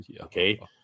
okay